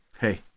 Hey